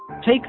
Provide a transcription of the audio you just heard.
Take